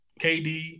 KD